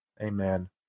Amen